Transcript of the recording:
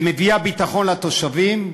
שמביאה ביטחון לתושבים,